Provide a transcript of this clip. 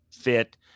fit